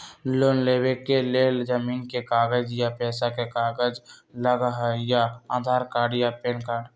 Loan लेवेके लेल जमीन के कागज या पेशा के कागज लगहई या आधार कार्ड या पेन कार्ड?